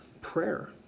prayer